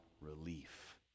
relief